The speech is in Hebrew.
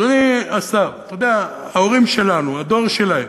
אדוני השר, אתה יודע, ההורים שלנו, הדור שלהם,